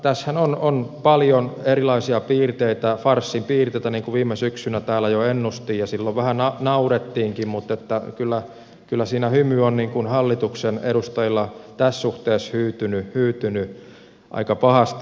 tässähän on paljon erilaisia piirteitä farssin piirteitä niin kuin viime syksynä täällä jo ennustin ja silloin vähän naurettiinkin mutta kyllä siinä hymy on hallituksen edustajilla tässä suhteessa hyytynyt aika pahasti